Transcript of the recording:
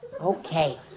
Okay